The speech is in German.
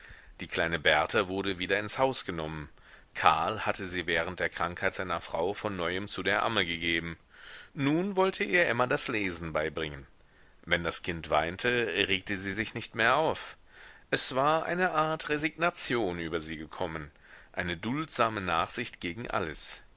die kleine berta wurde wieder ins haus genommen karl hatte sie während der krankheit seiner frau von neuem zu der amme gegeben nun wollte ihr emma das lesen beibringen wenn das kind weinte regte sie sich nicht mehr auf es war eine art resignation über sie gekommen eine duldsame nachsicht gegen alles